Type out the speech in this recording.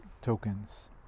tokens